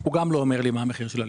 הוא גם לא אומר לי מה המחיר של הלחם.